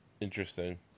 interesting